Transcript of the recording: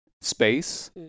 space